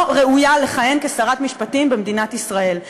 לא ראויה לכהן כשרת משפטים במדינת ישראל.